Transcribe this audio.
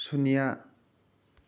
ꯁꯨꯟꯅ꯭ꯌꯥ